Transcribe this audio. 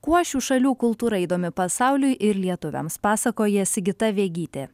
kuo šių šalių kultūra įdomi pasauliui ir lietuviams pasakoja sigita vegytė